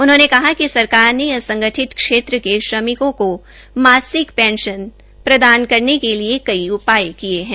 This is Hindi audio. उन्होंने कहा कि सरकार ने असंगठित क्षेत्र के श्रमिकों को मासिक पेंशन प्रदान करने के लिए कई उपाय किये है